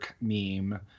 meme